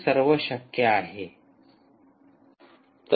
हे सर्व शक्य आहे